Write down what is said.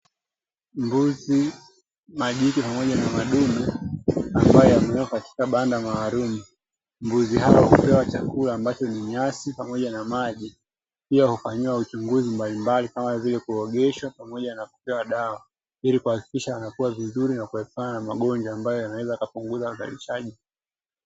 Mbuzi (majike pamoja na madume) ambayo yamewekwa katika banda maalumu. Mbuzi hao hupewa chakula ambacho ni nyasi pamoja na maji, pia hufanyiwa uchunguzi mbalimbali kama vile kuogeshwa pamoja na kupewa dawa; ili kuhakikisha wanakua vizuri na kuepukana na magonjwa ambayo yanaweza kupunguza uzalishaji.